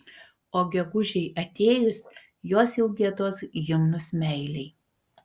o gegužei atėjus jos jau giedos himnus meilei